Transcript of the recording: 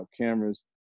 cameras